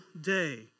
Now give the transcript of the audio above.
day